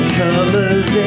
colors